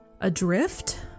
adrift